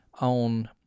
on